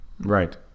Right